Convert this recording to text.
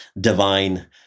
divine